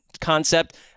concept